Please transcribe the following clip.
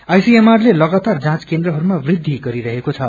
ICMR लगातार जाँच केन्द्रहरूमा वृद्धि गरिरहेको छ